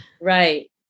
Right